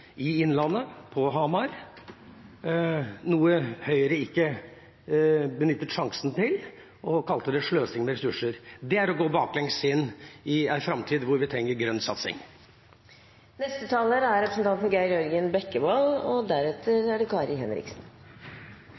i Innlandet, på Hamar, noe Høyre ikke benyttet sjansen til, og kalte det sløsing med ressurser. Det er å gå baklengs inn i en framtid hvor vi trenger grønn satsing. Dette høres sikkert opplagt ut, men det er for viktig til ikke å bli sagt. Kvinner og